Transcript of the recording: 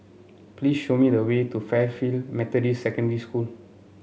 please show me the way to Fairfield Methodist Secondary School